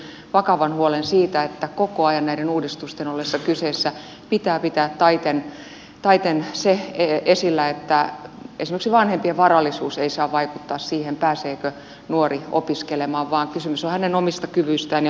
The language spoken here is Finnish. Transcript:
mielestäni hän otti esiin vakavan huolen siitä että koko ajan näiden uudistusten ollessa kyseessä pitää pitää taiten se esillä että esimerkiksi vanhempien varallisuus ei saa vaikuttaa siihen pääseekö nuori opiskelemaan vaan kysymys on hänen omista kyvyistään ja opiskeluhaluistaan